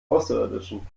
außerirdischen